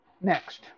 Next